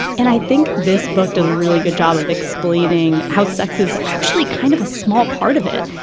and i think this book does a really good job of explaining how sex is actually kind of a small part of it.